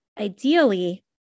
ideally